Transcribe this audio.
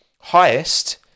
highest